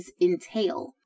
entail